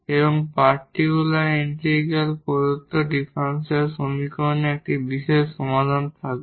এবং particular integral প্রদত্ত differential সমীকরণগুলির একটি বিশেষ সমাধান থাকবে